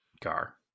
car